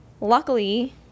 luckily